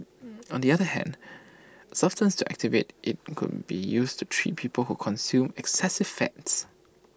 on the other hand A substance to activate IT could be used to treat people who consume excessive fats